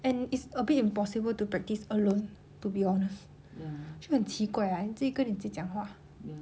and it's a bit impossible to practice alone to be honest 就很奇怪 like 你自己跟你自己讲话